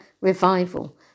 revival